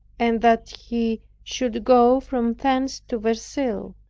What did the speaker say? and that he should go from thence to verceil.